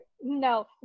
No